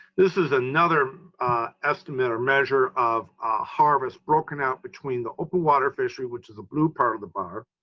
this is another estimate or measure of a harvest broken out between the open water fishery, which is a blue part of the bar.